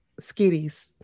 skitties